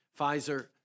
Pfizer